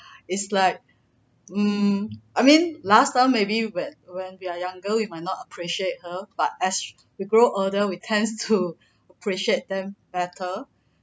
is like um I mean last time maybe when when we are younger we might not appreciate her but as we grow older we tends to appreciate them better